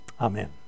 Amen